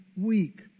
weak